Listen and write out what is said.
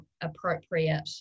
appropriate